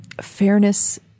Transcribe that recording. fairness